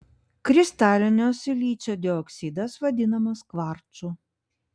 kristalinio silicio dioksidas vadinamas kvarcu